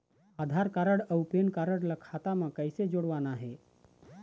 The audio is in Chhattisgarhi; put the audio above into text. आधार कारड अऊ पेन कारड ला खाता म कइसे जोड़वाना हे?